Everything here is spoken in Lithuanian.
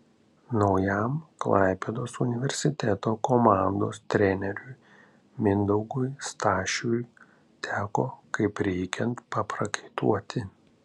naujam klaipėdos universiteto komandos treneriui mindaugui stašiui teko kaip reikiant paprakaituoti